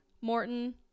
Morton